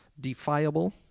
defiable